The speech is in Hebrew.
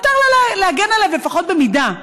מותר לה להגן עליו, לפחות במידה,